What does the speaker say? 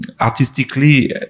artistically